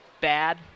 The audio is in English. bad